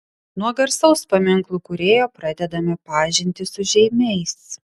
nuo garsaus paminklų kūrėjo pradedame pažintį su žeimiais